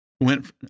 Went